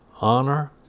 honor